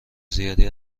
زیادی